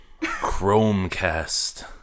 Chromecast